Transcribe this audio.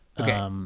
Okay